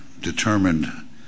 determined